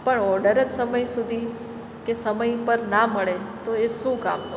પણ ઓડર જ સમય સુધી કે સમય પર ના મળે તો એ શું કામનું